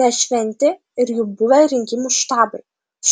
ne šventi ir jų buvę rinkimų štabai